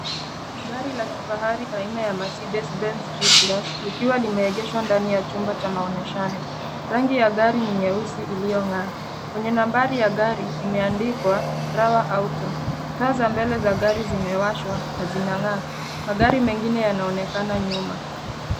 Gari la kifahari aina ya Mercedes benz G class, likiwa limeegeshwa ndani ya chumba cha maoneshano. Rangi ya gari ni nyeusi iliyong'aa. Kwenye nambari ya gari imeandikwa Rawa Auto. Taa za mbele za gari zimewashwa na zinang'aa. Magari mengine yanaonekana nyuma.